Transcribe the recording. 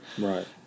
Right